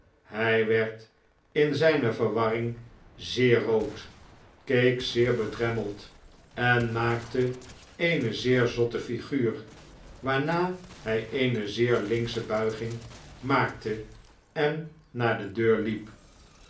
hij werd in zijne verwarring zeer rood keek zeer bedremmeld en maakte eene zeer zotte flguur waarna hh eene zeer linksche buiging maakte en naar de deur hep